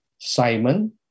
Simon